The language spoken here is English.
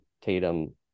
Tatum